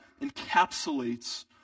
encapsulates